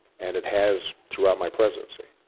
and it has throughout my presidency.